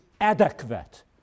adequate